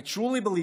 I truly believe